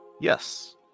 Yes